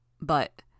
But-